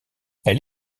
elle